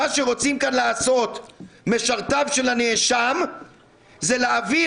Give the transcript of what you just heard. מה שרוצים כאן לעשות משרתיו של הנאשם זה להעביר